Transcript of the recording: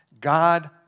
God